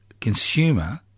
consumer